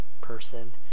person